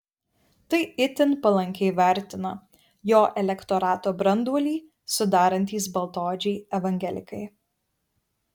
tai itin palankiai vertina jo elektorato branduolį sudarantys baltaodžiai evangelikai